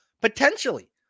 potentially